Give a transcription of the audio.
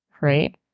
right